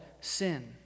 sin